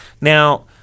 Now